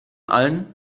allen